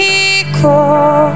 equal